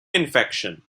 infection